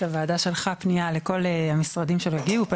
הוועדה שלחה פנייה לכל המשרדים שלא הגיעו.